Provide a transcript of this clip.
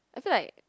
I feel like